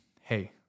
hey